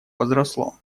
возросло